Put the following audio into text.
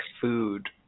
food